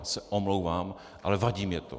Já se omlouvám, ale vadí mně to.